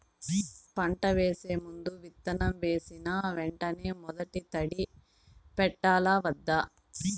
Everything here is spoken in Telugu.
పంట వేసే ముందు, విత్తనం వేసిన వెంటనే మొదటి తడి పెట్టాలా వద్దా?